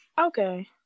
Okay